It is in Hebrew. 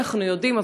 אנחנו יודעים,